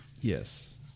Yes